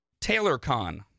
TaylorCon